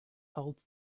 holds